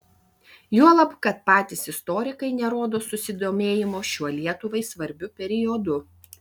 juolab kad patys istorikai nerodo susidomėjimo šiuo lietuvai svarbiu periodu